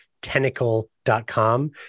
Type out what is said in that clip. tentacle.com